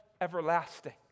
everlasting